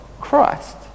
Christ